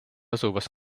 asuvas